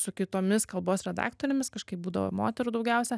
su kitomis kalbos redaktorėmis kažkaip būdavo moterų daugiausia